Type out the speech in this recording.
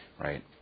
right